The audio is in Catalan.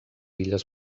illes